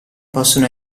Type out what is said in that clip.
possono